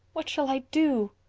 what shall i do?